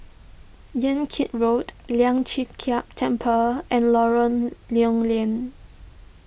Yan Kit Road Lian Chee Kek Temple and Lorong Lew Lian